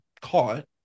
caught